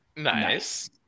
nice